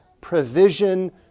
provision